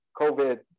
COVID